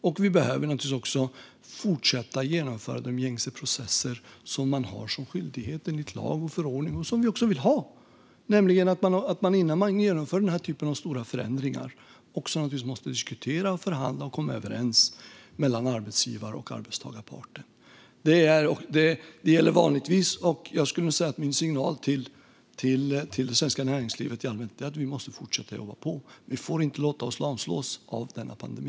Och vi behöver naturligtvis också fortsätta genomföra de gängse processer som man enligt lag och förordning har som skyldighet att genomföra och som vi också vill ha, nämligen att man, innan man genomför denna typ av stora förändringar, måste diskutera, förhandla och komma överens mellan arbetsgivar och arbetstagarparter. Detta gäller vanligtvis, och min signal till det svenska näringslivet i allmänhet är att vi måste fortsätta jobba på. Vi får inte låta oss lamslås av denna pandemi.